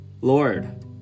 lord